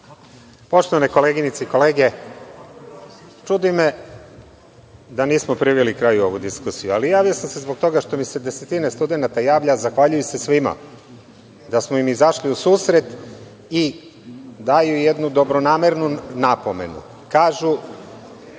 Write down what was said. Poštovane koleginice i kolege, čudi me da nismo priveli kraju ovu diskusiju, ali javio sam se zbog toga što mi se desetine studenata javlja, zahvaljuju se svima, da smo im izašli u susret i daju jednu dobronamernu napomenu.